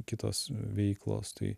kitos veiklos tai